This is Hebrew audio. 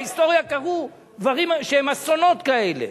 בהיסטוריה קרו דברים שהם אסונות כאלה.